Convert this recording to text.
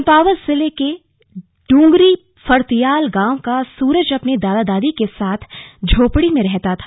चम्पावत जिले के ड्रंगरी फर्त्याल गांव का सूरज अपने दादा दादी के साथ झोपड़ी में रहता था